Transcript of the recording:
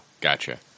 Gotcha